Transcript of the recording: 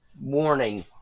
warning